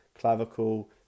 clavicle